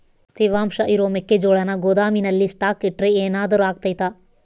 ತೇವಾಂಶ ಇರೋ ಮೆಕ್ಕೆಜೋಳನ ಗೋದಾಮಿನಲ್ಲಿ ಸ್ಟಾಕ್ ಇಟ್ರೆ ಏನಾದರೂ ಅಗ್ತೈತ?